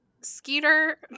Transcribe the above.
Skeeter